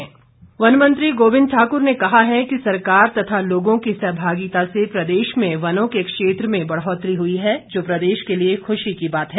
गोविंद ठाकुर वन मंत्री गोविंद ठाकुर ने कहा है कि सरकार तथा लोगों की सहभागिता से प्रदेश में वनों के क्षेत्र में बढ़ौतरी हुई है जो प्रदेश के लिए खुशी की बात है